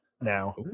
now